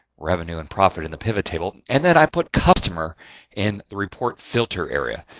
revenue and profit in the pivot table and then i put customer in the report filter area.